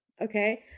okay